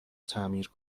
تعمیر